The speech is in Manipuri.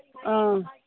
ꯑꯥ